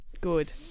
Good